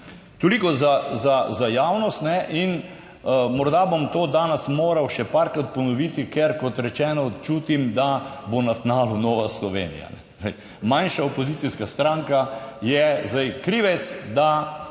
Toliko za javnost in morda bom to danes moral še parkrat ponoviti, ker kot rečeno, čutim da bo na tnalu Nova Slovenija. Manjša opozicijska stranka, je zdaj krivec, da